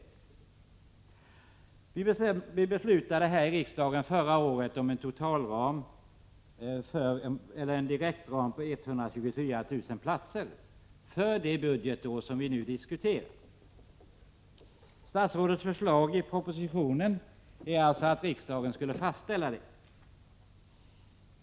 Förra året beslutade riksdagen om en direktram på 124 000 platser för det budgetår vi nu diskuterar. Statsrådets förslag i propositionen var alltså att riksdagen skulle fastställa detta.